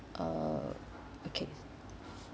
uh okay